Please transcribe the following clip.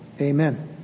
Amen